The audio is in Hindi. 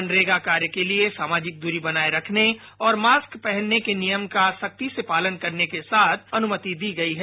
मनरेगा कार्य के लिए सामाजिक दूरी बनाए रखने और मास्क पहनने के नियम का सख्ती से पालन करने के साथ अनुमति दी गई है